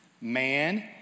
man